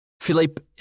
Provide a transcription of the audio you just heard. Philippe